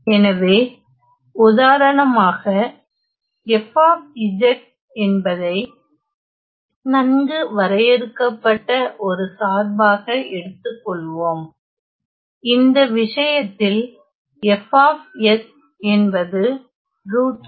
எனவேஉதாரணமாக f என்பதை நன்கு வரையறுக்கப்பட்ட ஒரு சார்பாக எடுத்துக் கொள்வோம் இந்த விஷயத்தில் F என்பது √s